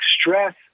stress